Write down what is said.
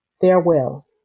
farewell